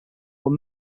were